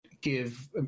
give